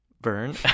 Burn